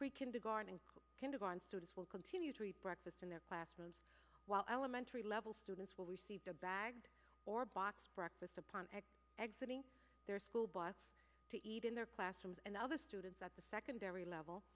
pre kindergarten kinda gone students will continue to eat breakfast in their classrooms while elementary level students will receive a bag or box breakfast upon exiting their school bus to eat in the classrooms and other students at the secondary level